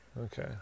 Okay